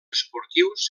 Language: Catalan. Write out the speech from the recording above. esportius